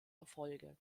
erfolge